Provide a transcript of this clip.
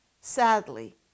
Sadly